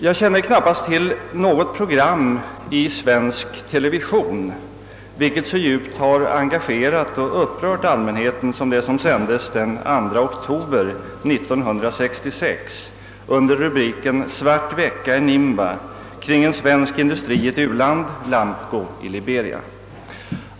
Jag känner knappast till något program i svensk television, vilket så djupt har engagerat och upprört allmänheten som det som sändes den 2 oktober 1966 under rubriken »Svart vecka i Nimba, Kring en svensk industri i ett u-land — Lamco i Liberia».